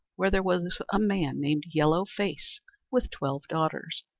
where there was a man named yellow face with twelve daughters,